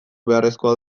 beharrezkoa